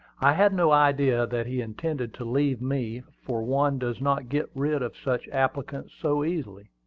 i had no idea that he intended to leave me, for one does not get rid of such applicants so easily.